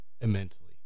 immensely